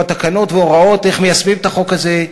תקנות והוראות איך מיישמים את החוק הזה,